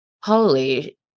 holy